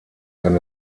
kann